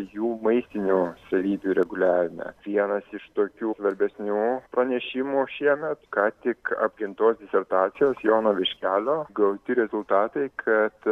jų maistinių savybių reguliavime vienas iš tokių svarbesnių pranešimų šiemet ką tik apgintos disertacijos jono viškelio gauti rezultatai kad